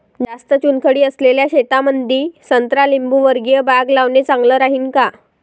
जास्त चुनखडी असलेल्या शेतामंदी संत्रा लिंबूवर्गीय बाग लावणे चांगलं राहिन का?